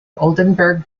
oldenburg